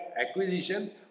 acquisition